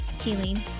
healing